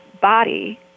body